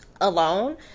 alone